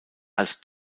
als